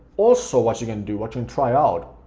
also what you can do, what you can try out,